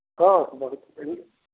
हॅं बहुत छै